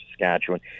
Saskatchewan